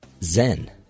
Zen